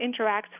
interacts